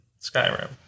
Skyrim